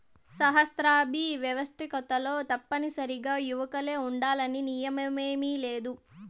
సహస్రాబ్ది వ్యవస్తాకతలో తప్పనిసరిగా యువకులే ఉండాలన్న నియమేమీలేదు